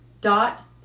dot